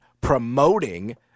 promoting